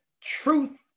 truth